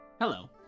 Hello